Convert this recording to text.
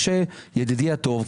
משה ידידי הטוב,